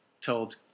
told